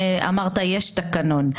אמרת שיש תקנון,